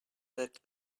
that